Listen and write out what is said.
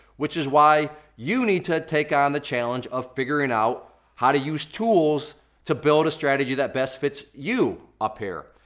which is why you need to take on the challenge of figuring out how to use tools to build a strategy that best fits you up here,